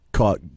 Caught